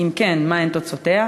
2. אם כן, מה היו תוצאות הבחינה?